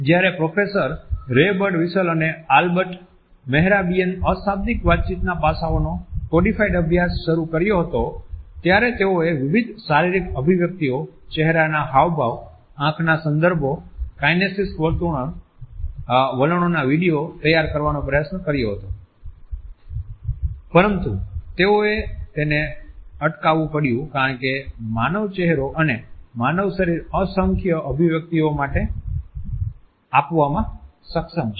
જ્યારે professor Ray Birdwhistell અને Albert Mehrabian અશાબ્દીક વાતચીતના પાસાઓનો કોડિફાઇડ અભ્યાસ શરૂ કર્યો હતો ત્યારે તેઓએ વિવિધ શારીરિક અભિવ્યક્તિઓ ચહેરાના હાવભાવ આંખના સંદર્ભો કાઈનેસીક્સ વર્તણૂક વલણોના વિડિયો તૈયાર કરવાનો પ્રયાસ કર્યો હતો પરંતુ તેઓએ તેને અટકાવવું પડ્યું કારણ કે માનવ ચહેરો અને માનવ શરીર અસંખ્ય અભિવ્યક્તિઓ માટે આપવામાં સક્ષમ છે